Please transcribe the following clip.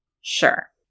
Sure